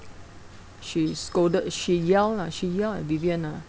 she scolded she yelled lah she yelled at vivien ah